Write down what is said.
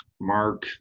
Mark